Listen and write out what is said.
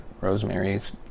Rosemary's